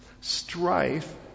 Strife